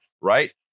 right